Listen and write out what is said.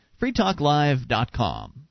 freetalklive.com